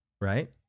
right